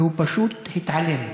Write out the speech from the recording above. והוא פשוט התעלם.